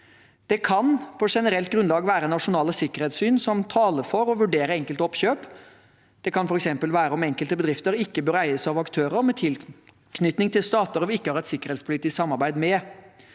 Det kan på generelt grunnlag være nasjonale sikkerhetshensyn som taler for å vurdere enkelte oppkjøp. Det kan f.eks. være om enkelte bedrifter ikke bør eies av aktører med tilknytning til stater vi ikke har et sikkerhetspolitisk samarbeid med.